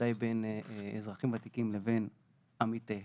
בוודאי בין אזרחים ותיקים לבין עמיתיהם,